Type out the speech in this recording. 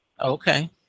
Okay